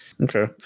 okay